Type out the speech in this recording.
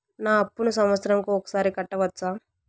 నా అప్పును సంవత్సరంకు ఒకసారి కట్టవచ్చా?